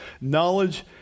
knowledge